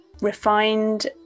refined